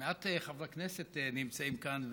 מעט חברי כנסת נמצאים כאן,